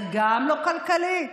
גם זה לא כלכלי.